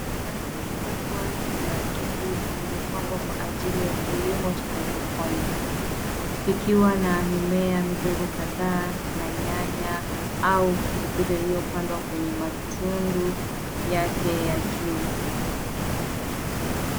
Sanduku kubwa la kijivu limepangwa kwa ajili ya kilimo cha Hydroponic , kikiwa na mimea midogo kadhaa na nyanya au pilipili iliyopandwa kwenye matundu yake ya juu.